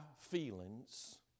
feelings